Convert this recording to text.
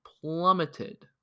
plummeted